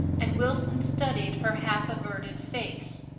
and wilson studied her half-averted face.